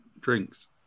drinks